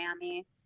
Miami